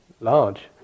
large